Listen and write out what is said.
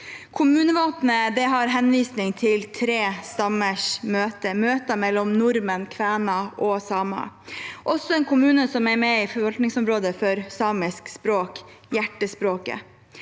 Kommunevåpenet har henvisning til tre stammers møte, møter mellom nordmenn, kvener og samer. Det er også en kommune som er med i forvaltningsområdet for samisk språk, Hjertespråket.